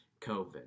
COVID